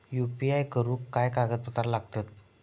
UPI करुक काय कागदपत्रा लागतत?